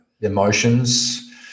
emotions